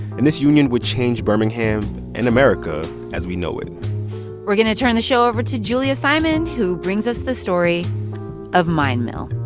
and this union would change birmingham and america as we know it we're going to turn the show over to julia simon, who brings us the story of mine mill